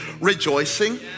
rejoicing